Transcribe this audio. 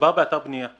מדובר באתר בנייה.